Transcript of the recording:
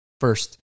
first